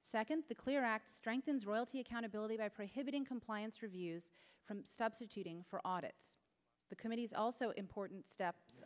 second the clear act strengthens royalty accountability by prohibiting compliance reviews from substituting for audit the committee's also important steps